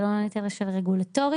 זה לא נטל רגולטורי,